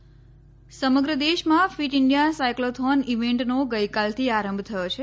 fit India સમગ્ર દેશમાં fit India cyclothon ઇવેન્ટનો ગઈકાલથી આરંભ થયો છે